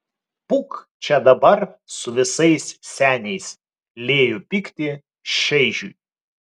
pūk čia dabar su visais seniais lieju pyktį šeižiui